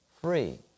free